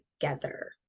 together